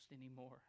anymore